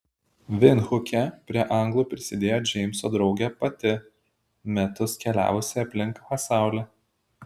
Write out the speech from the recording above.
vindhuke prie anglų prisidėjo džeimso draugė pati metus keliavusi aplink pasaulį